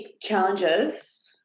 Challenges